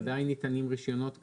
עדיין ניתנים רישיונות כאלה?